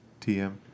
TM